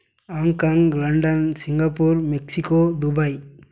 Hong Kong London Singapore Mexico Dubai